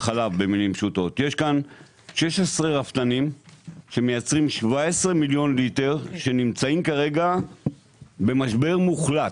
יש כאן 16 רפתנים שמייצרים 17 מיליון ליטר ונמצאים כרגע במשבר מוחלט.